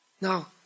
now